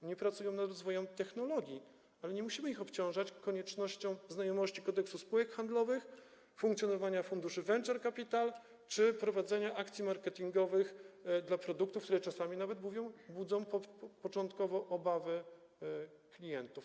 Oni pracują nad rozwojem technologii, ale nie musimy ich obciążać koniecznością znajomości Kodeksu spółek handlowych, funkcjonowania funduszy venture capital czy prowadzenia akcji marketingowych dla produktów, które czasami nawet budzą początkowo obawy klientów.